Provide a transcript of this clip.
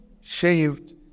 shaved